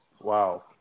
Wow